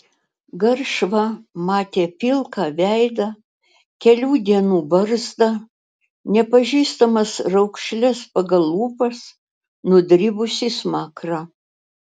garšva matė pilką veidą kelių dienų barzdą nepažįstamas raukšles pagal lūpas nudribusį smakrą